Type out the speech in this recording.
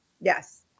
Yes